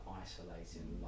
isolating